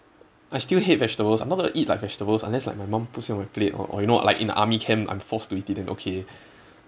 I still hate vegetables I'm not going to eat like vegetables unless like my mum puts it on my plate or or you know like in the army camp I'm forced to eat it then okay